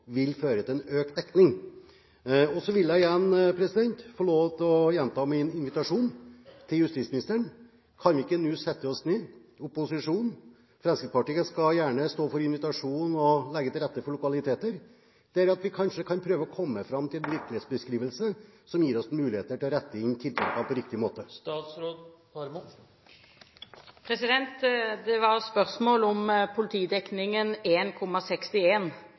vil føre til en økt dekning. Så vil jeg få gjenta min invitasjon til justisministeren. Kan hun ikke nå sette seg ned sammen med opposisjonen – Fremskrittspartiet kan gjerne stå for invitasjonen og legge til rette for lokaliteter – slik at vi kan prøve å komme fram til en virkelighetsbeskrivelse som gir oss muligheter til å rette inn tiltakene på riktig måte? Det var spørsmål om politidekningen